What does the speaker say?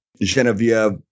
Genevieve